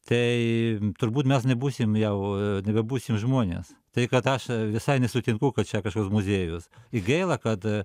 tai turbūt mes nebūsim jau nebebūsim žmonės tai kad aš visai nesutinku kad čia kažkoks muziejus i gaila kad